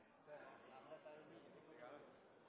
no. Det er mykje